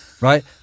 Right